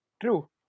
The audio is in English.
True